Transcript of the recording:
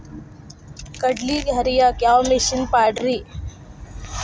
ಕಡ್ಲಿ ಹರಿಯಾಕ ಯಾವ ಮಿಷನ್ ಪಾಡ್ರೇ?